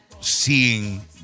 seeing